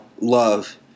love